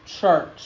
church